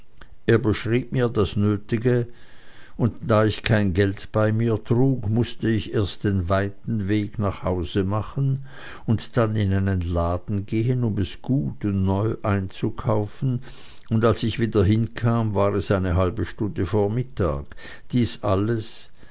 er beschrieb mir das nötige und da ich kein geld bei mir trug mußte ich erst den weiten weg nach hause machen und dann in einen laden gehen um es gut und neu einzukaufen und als ich wieder hinkam war es eine halbe stunde vor mittag dieses alles